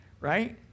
Right